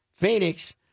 Phoenix